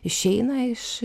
išeina iš